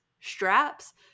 straps